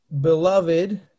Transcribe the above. Beloved